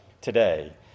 today